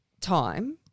time